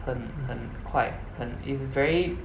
很很快很 is very